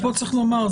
פה צריך לומר,